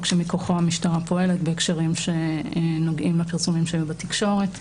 שמכוחו המשטרה פועלת בהקשרים שנוגעים לפרסומים שהיו בתקשורת.